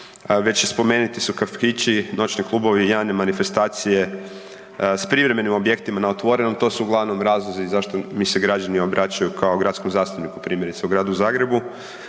već spomenuti su kafići, noćni klubovi i javne manifestacije s privremenim objektima na otvorenom to su uglavnom razlozi zašto mi se građani obraćaju kao gradskom zastupniku primjerice u Gradu Zagrebu